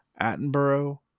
Attenborough